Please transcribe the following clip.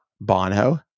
Bono